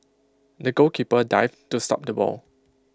the goalkeeper dived to stop the ball